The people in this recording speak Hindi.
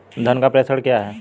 धन का प्रेषण क्या है?